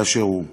באשר הוא.